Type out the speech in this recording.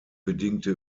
bedingte